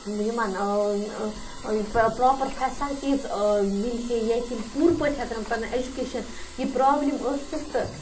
یِمَن proper facilities مِلہے ییٚتہِ یِم پوٗرٕ پٲٹھۍ ہیٚکَن پَنٕنۍ ایٚجُکیشَن یہِ پرابلِم ٲسِتھ تہِ